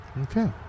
Okay